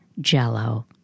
jello